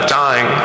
dying